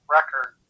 Record